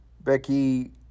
Becky